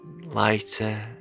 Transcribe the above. lighter